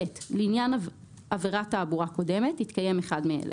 לעניין עבירת תעבורה קודמת התקיים אחד מאלה: